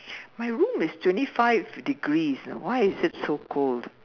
my room is twenty five degrees you know why is it so cold